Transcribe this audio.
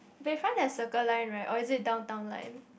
Bayfront at Circle Line right or is it Downtown Line